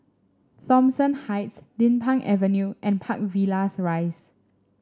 Thomson Heights Din Pang Avenue and Park Villas Rise